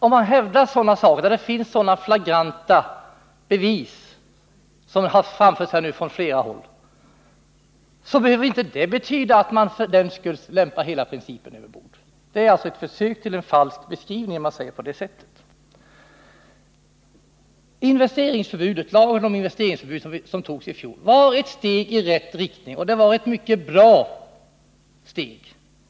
Om man hävdar detta i två fall, där det finns så flagranta bevis som har framförts här nu från flera håll, behöver inte det betyda att man lämpar hela principen över bord. Det är alltså ett försök till en falsk beskrivning, när man agerar på det sätt som man här gjort. Lagen om investeringsförbud, som antogs i fjol, var ett steg i rätt riktning, och det var ett mycket bra steg.